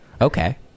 okay